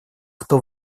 кто